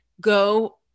go